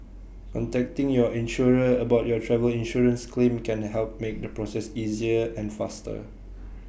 contacting your insurer about your travel insurance claim can help make the process easier and faster